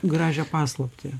gražią paslaptį